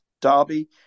derby